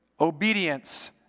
obedience